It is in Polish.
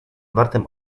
wartym